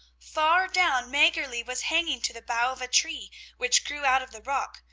far down maggerli was hanging to the bough of a tree which grew out of the rock,